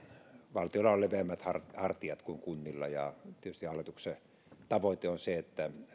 valtiolla on leveämmät hartiat kuin kunnilla ja tietysti hallituksen tavoite on se että